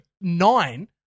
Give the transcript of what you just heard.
nine